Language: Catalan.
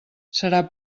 serà